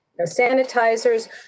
sanitizers